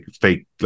fake